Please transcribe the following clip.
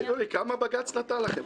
כמה בג"ץ נתן לכם?